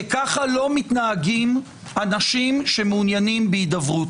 כי ככה לא מתנהגים אנשים שמעוניינים בהידברות.